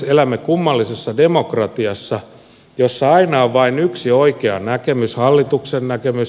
elämme kummallisessa demokratiassa jossa aina on vain yksi oikea näkemys hallituksen näkemys